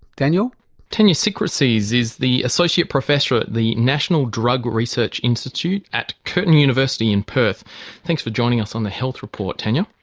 tanya tanya chikritzhs is the associate professor at the national drug research institute at curtin university in perth thanks for joining us on the health report, tanya.